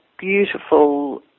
beautiful